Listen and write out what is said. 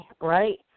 right